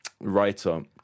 writer